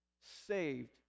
saved